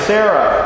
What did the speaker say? Sarah